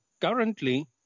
currently